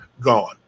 gone